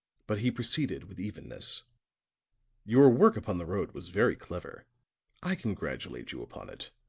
but he proceeded with evenness your work upon the road was very clever i congratulate you upon it.